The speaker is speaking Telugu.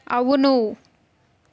అవును